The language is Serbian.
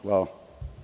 Hvala.